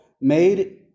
made